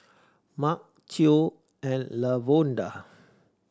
Marc Theo and Lavonda